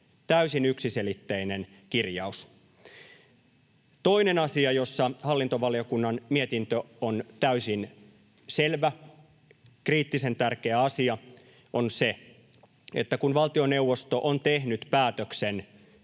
Täysin yksiselitteinen kirjaus. Toinen asia, jossa hallintovaliokunnan mietintö on täysin selvä, kriittisen tärkeä asia, on se, että kun valtioneuvosto on tehnyt päätöksen